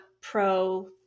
pro